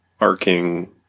arcing